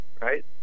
right